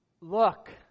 look